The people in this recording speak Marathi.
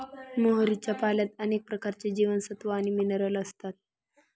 मोहरीच्या पाल्यात अनेक प्रकारचे जीवनसत्व आणि मिनरल असतात